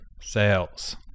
sales